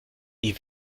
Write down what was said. die